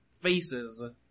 faces